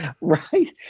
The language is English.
right